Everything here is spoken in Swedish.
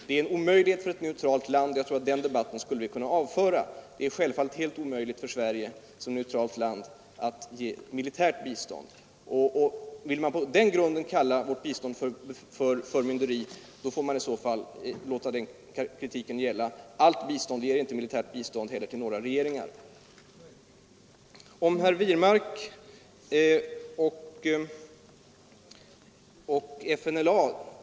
Det är självfallet helt omöjligt för Sverige som neutralt land att ge militärt bistånd, så det skulle vi kunna avföra från debatten. Vill man på den grunden kalla vårt bistånd till befrielserörelserna för förmynderi får man låta den kritiken gälla allt bistånd. Vi ger inte militärt bistånd heller till några regeringar. = Några ord om herr Wirmak och FNLA.